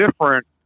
different